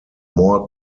more